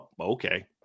Okay